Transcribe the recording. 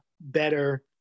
better